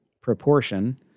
proportion